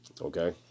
Okay